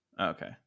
Okay